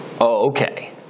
okay